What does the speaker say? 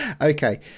Okay